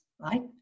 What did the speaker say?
right